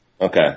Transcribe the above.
Okay